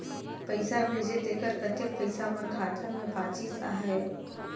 पइसा भेजे तेकर कतेक पइसा मोर खाता मे बाचिस आहाय?